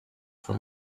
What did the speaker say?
for